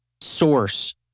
source